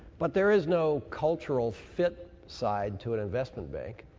but there is no cultural fit side to an investment bank.